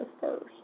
first